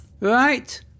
Right